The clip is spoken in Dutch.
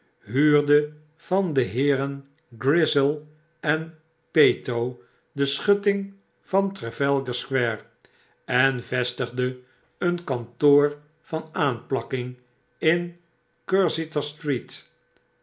huurde van de heeren grisell en peto de schutting van trafalgar square en vestigde een kantoor van aanplakking in cursitor street